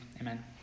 amen